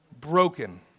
broken